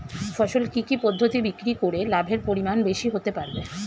ফসল কি কি পদ্ধতি বিক্রি করে লাভের পরিমাণ বেশি হতে পারবে?